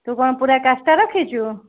ତୁ କ'ଣ ପୁରା କାଷ୍ଠା ରଖିଛୁ